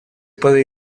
puede